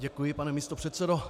Děkuji, pane místopředsedo.